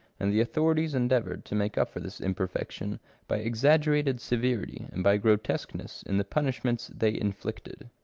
and the authorities endeavoured to make up for this imperfection by exaggerated severity, and by grotesqueness in the punishments they inflicted.